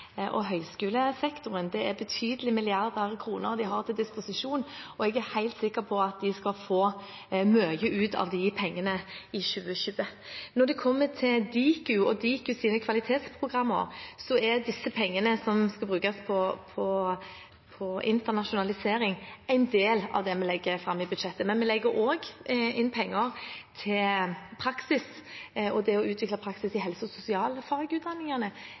og høyskolesektoren. De har et betydelig antall milliarder kroner til disposisjon, og jeg er helt sikker på at de skal få mye ut av de pengene i 2020. Når det kommer til Diku og deres kvalitetsprogrammer, er de pengene som skal brukes på internasjonalisering, en del av det vi legger fram i budsjettet. Vi legger også inn penger til praksis og det å utvikle praksis i helse- og sosialfagutdanningene